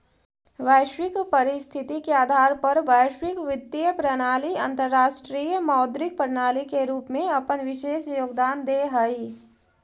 वैश्विक परिस्थिति के आधार पर वैश्विक वित्तीय प्रणाली अंतरराष्ट्रीय मौद्रिक प्रणाली के रूप में अपन विशेष योगदान देऽ हई